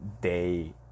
day